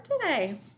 today